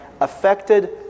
affected